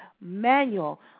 manual